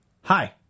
hi